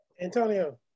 Antonio